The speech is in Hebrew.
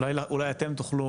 יש לי שאלה, אולי אתם תוכלו.